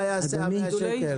מה יעשה המאה שקל?